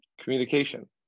communication